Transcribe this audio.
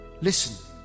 Listen